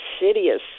insidious